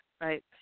right